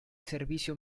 servicio